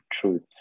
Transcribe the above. truth